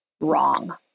wrong